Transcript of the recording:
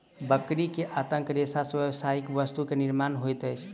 बकरी के आंतक रेशा से व्यावसायिक वस्तु के निर्माण होइत अछि